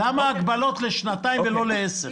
אבל למה ההגבלות לשנתיים ולא לעשר?